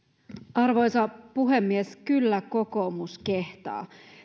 arvoisa puhemies kyllä kokoomus kehtaa